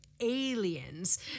Aliens